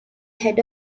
head